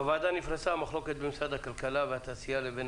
בוועדה נפרסה מחלוקת בין משרד הכלכלה והתעשייה לבין